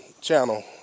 channel